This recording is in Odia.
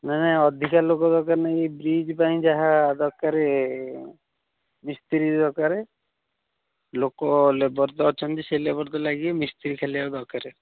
ନାଇଁ ନାଇଁ ଅଧିକା ଲୋକ ଦରକାର ନାହିଁ ଏହି ବ୍ରିଜ୍ ପାଇଁ ଯାହା ଦାରକାର ମିସ୍ତ୍ରୀ ଦରକାର ଲୋକ ଲେବର୍ ତ ଅଛନ୍ତି ସେହି ଲେବର୍ ତ ଲାଗିବେ ମିସ୍ତ୍ରୀ ଖାଲି ଆଉ ଦରକାର